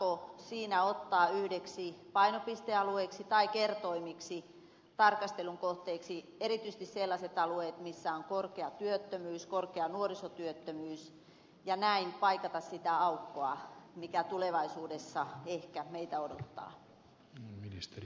aiotaanko siinä ottaa painopistealueiksi tai kertoimiksi tarkastelun kohteiksi erityisesti sellaiset alueet missä on korkea työttömyys korkea nuorisotyöttömyys ja näin paikata sitä aukkoa mikä tulevaisuudessa ehkä meitä odottaa